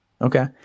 Okay